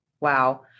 Wow